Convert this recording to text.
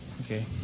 Okay